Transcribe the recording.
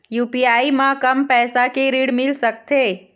UPI म कम पैसा के ऋण मिल सकथे?